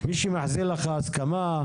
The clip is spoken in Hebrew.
מי שמחזיר לך הסכמה,